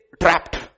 trapped